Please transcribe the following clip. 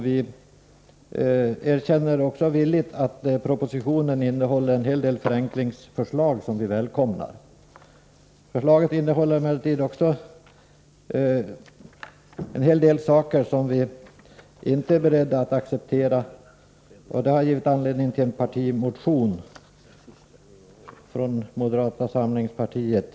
Vi erkänner också villigt att propositionen innehåller en hel del välkomna förenklingsförslag. Propositionen innehåller emellertid också sådant som vi inte är beredda att acceptera, vilket har givit anledning till en kommittémotion från moderata samlingspartiet.